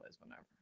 whenever